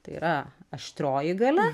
tai yra aštrioji galia